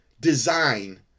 design